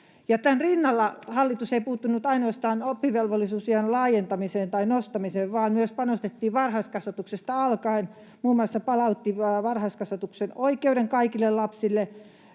Tämän rinnalla hallitus ei puuttunut ainoastaan oppivelvollisuusiän laajentamiseen tai nostamiseen, vaan myös panostettiin varhaiskasvatuksesta alkaen, muun muassa se palautti varhaiskasvatuksen oikeuden kaikille lapsille